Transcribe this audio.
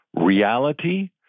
reality